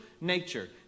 nature